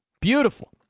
Beautiful